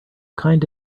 kind